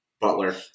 Butler